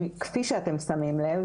כפי שאתם שמים לב,